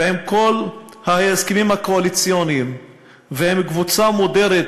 ועם כל ההסכמים הקואליציוניים ועם קבוצה מודרת,